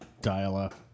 Dial-up